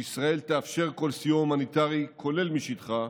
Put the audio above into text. ושישראל תאפשר כל סיוע הומניטרי, כולל משטחה,